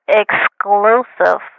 exclusive